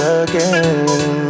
again